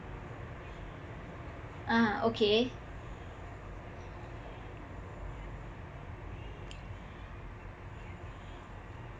ah okay